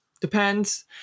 depends